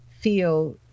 feel